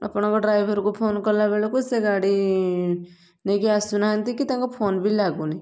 ଆପଣଙ୍କ ଡ୍ରାଇଭରକୁ ଫୋନ୍ କଲାବେଳକୁ ସେ ଗାଡ଼ି ନେଇକି ଆସୁନାହାନ୍ତି କି ତାଙ୍କ ଫୋନ୍ ବି ଲାଗୁନି